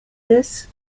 this